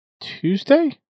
Tuesday